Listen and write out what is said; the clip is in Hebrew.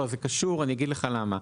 זה קשור אני אגיד לך למה.